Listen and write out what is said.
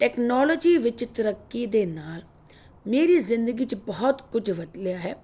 technology ਵਿੱਚ ਤਰੱਕੀ ਦੇ ਨਾਲ ਮੇਰੀ ਜ਼ਿੰਦਗੀ 'ਚ ਬਹੁਤ ਕੁਝ ਬਦਲਿਆ ਹੈ